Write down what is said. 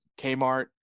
Kmart